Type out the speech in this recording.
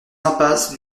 impasse